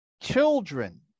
children